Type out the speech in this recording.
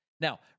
Now